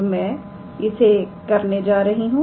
तो मैं इसे कैसे करने जा रही हूं